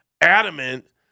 adamant